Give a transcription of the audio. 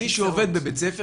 מי שעובד בבית ספר,